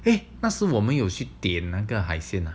eh 那时我们有点那个海鲜 ah